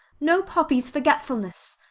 no poppies forgetfulness!